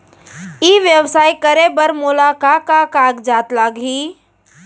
ई व्यवसाय करे बर मोला का का कागजात लागही?